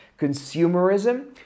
consumerism